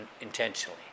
intentionally